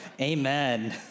Amen